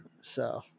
so-